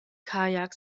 kajak